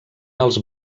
els